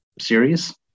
series